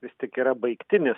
vis tik yra baigtinis